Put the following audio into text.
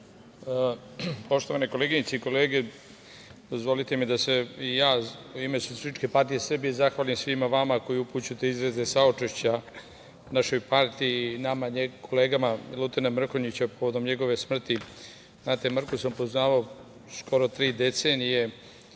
koleginice i kolege, dozvolite mi da se i ja u ime SPS zahvalim svima vama koji upućujete izraze saučešća našoj partiji i nama kolegama, Milutina Mrkonjića povodom njegove smrti. Znate, Mrku sam poznavao skoro tri decenije